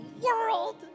world